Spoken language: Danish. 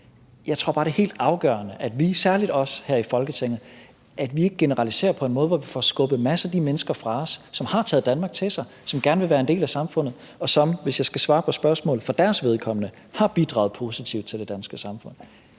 Jeg tror bare, det er helt afgørende, at vi – og særlig os her i Folketinget – ikke generaliserer på en måde, hvor vi får skubbet en masse af de mennesker fra os, som har taget Danmark til sig, som gerne vil være en del af samfundet, og som – hvis jeg skal svare på spørgsmålet – for deres vedkommende har bidraget positivt til det danske samfund.